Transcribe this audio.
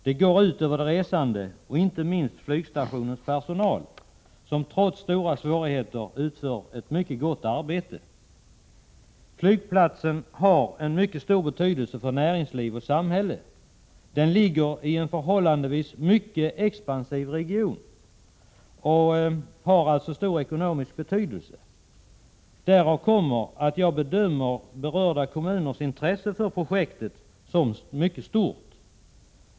Det går ut över de resande och, inte minst, över flygstationens personal, som trots stora svårigheter utför ett mycket gott arbete. Flygplatsen är av synnerligen stor vikt för näringsliv och samhälle. Den ligger i en förhållandevis mycket expansiv region och har en avsevärd ekonomisk betydelse. Därför bedömer jag berörda kommuners intresse för projektet som mycket stort.